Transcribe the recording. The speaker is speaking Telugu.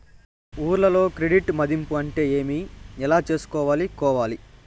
ఊర్లలో క్రెడిట్ మధింపు అంటే ఏమి? ఎలా చేసుకోవాలి కోవాలి?